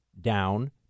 down